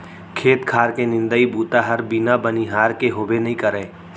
खेत खार के निंदई बूता हर बिना बनिहार के होबे नइ करय